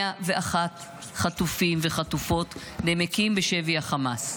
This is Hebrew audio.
101 חטופים וחטופות נמקים בשבי החמאס.